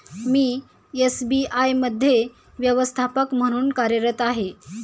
मी SBI मध्ये व्यवस्थापक म्हणून कार्यरत आहे